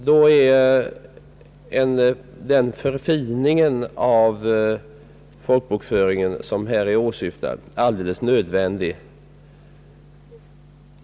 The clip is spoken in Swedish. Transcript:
Då är den förfining av folkbokföringen som här åsyftas alldeles nödvändig.